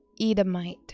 edomite